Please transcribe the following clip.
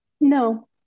No